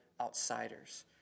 outsiders